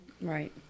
Right